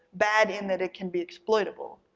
bad in that it can be exploitable.